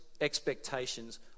expectations